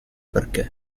perché